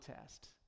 test